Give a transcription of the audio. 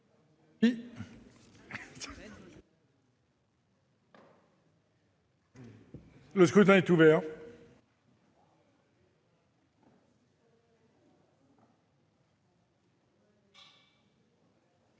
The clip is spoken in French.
Le scrutin est ouvert.